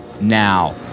now